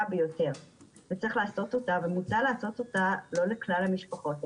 בהינתן משברים חופפים במצבים